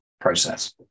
process